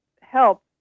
help